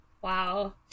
Wow